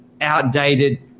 outdated